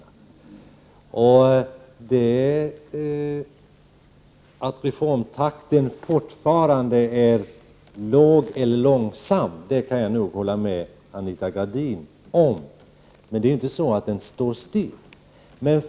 Jag kan nog hålla med Anita Gradin om att reformtakten fortfarande är långsam, men den står inte still.